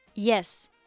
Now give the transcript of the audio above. Yes